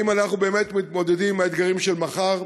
האם אנחנו באמת מתמודדים עם האתגרים של מחר?